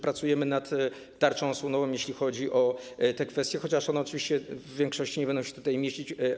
Pracujemy nad tarczą osłonową, jeśli chodzi o te kwestie, chociaż one oczywiście w większości nie będą się tutaj mieścić.